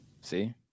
see